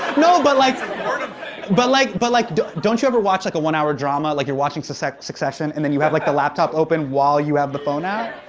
no but like sort of but like, but don't don't you ever watch like a one-hour drama like you're watching succession succession and then you have like, the laptop open while you have the phone out?